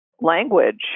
language